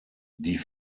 die